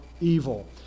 evil